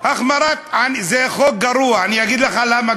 החמרת, למה?